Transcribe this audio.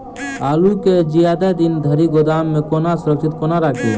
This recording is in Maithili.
आलु केँ जियादा दिन धरि गोदाम मे कोना सुरक्षित कोना राखि?